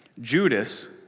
Judas